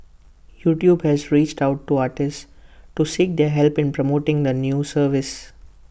YouTube has reached out to artists to seek their help in promoting the new service